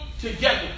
together